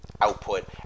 output